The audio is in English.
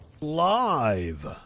live